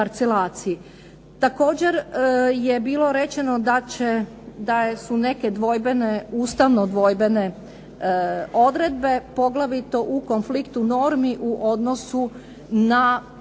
Također je bilo rečeno da su neke dvojbene, ustavno dvojbene odredbe, poglavito u konfliktu normi u odnosu na